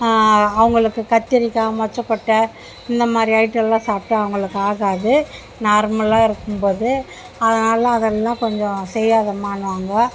அவங்களுக்கு கத்திரிக்காய் மொச்சை கொட்டை இந்த மாதிரி ஐட்டம் எல்லாம் சாப்பிட்டா அவங்களுக்கு ஆகாது நார்மலாக இருக்கும் போது அதனால் அதெல்லாம் கொஞ்சம் செய்யாதமானுவாங்க